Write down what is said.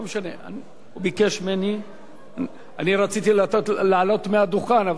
אני רציתי להעלות לדוכן,